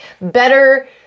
better